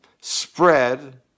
spread